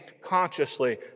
consciously